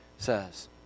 says